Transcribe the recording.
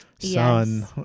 son